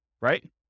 right